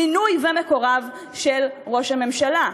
מינוי אישי של ראש הממשלה,